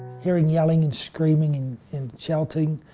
hearing yelling and screaming and and shouting,